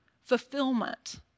fulfillment